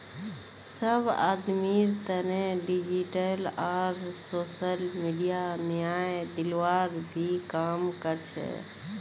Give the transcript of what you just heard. सब आदमीर तने डिजिटल आर सोसल मीडिया न्याय दिलवार भी काम कर छे